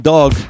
Dog